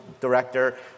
director